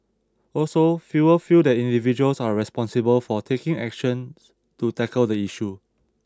also fewer feel that individuals are responsible for taking action to tackle the issue